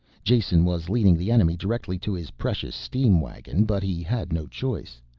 jason was leading the enemy directly to his precious steam-wagon, but he had no choice.